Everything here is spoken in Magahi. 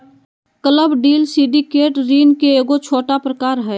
क्लब डील सिंडिकेट ऋण के एगो छोटा प्रकार हय